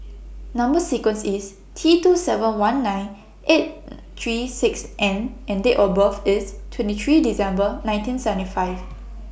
Number sequence IS T two seven one nine eight three six N and Date of birth IS twenty three December nineteen seventy five